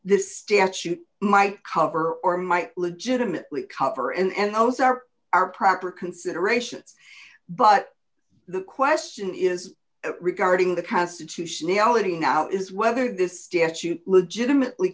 this statute might cover or might legitimately cover and house are our proper considerations but the question is regarding the constitutionality now is whether this statute legitimately